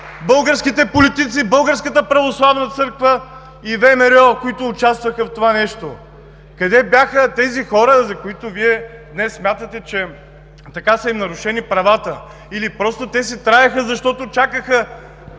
българските политици, Българската православна църква и ВМРО, които участваха в това нещо. Къде бяха тези хора, за които Вие днес смятате, че са нарушени правата им, или просто те си траеха, защото чакаха,